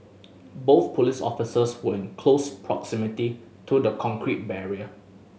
both police officers were in close proximity to the concrete barrier